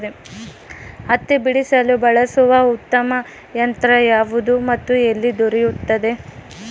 ಹತ್ತಿ ಬಿಡಿಸಲು ಬಳಸುವ ಉತ್ತಮ ಯಂತ್ರ ಯಾವುದು ಮತ್ತು ಎಲ್ಲಿ ದೊರೆಯುತ್ತದೆ?